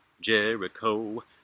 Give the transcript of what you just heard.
Jericho